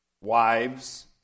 Wives